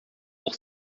pour